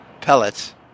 pellets